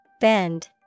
Bend